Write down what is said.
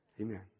Amen